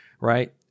right